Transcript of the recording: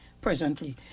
presently